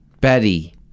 Betty